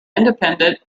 independent